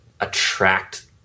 attract